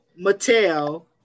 Mattel